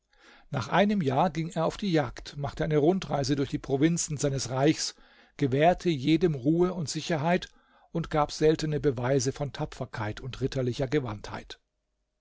nach einem jahr ging er auf die jagd machte eine rundreise durch die provinzen seines reichs gewährte jedem ruhe und sicherheit und gab seltene beweise von tapferkeit und ritterlicher gewandtheit